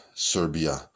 Serbia